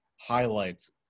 highlights